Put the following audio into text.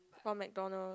or McDonald